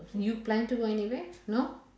you plan to go anywhere no